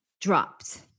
dropped